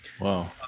wow